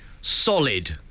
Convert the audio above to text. Solid